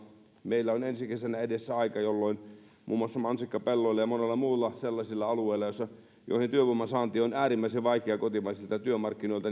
meillä on ensi kesänä edessä aika jolloin muun muassa mansikkapelloilla ja monilla muilla sellaisilla aloilla työvoiman saanti on äärimmäisen vaikeaa kotimaisilta työmarkkinoilta